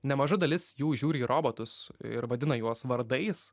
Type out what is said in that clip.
nemaža dalis jų žiūri į robotus ir vadina juos vardais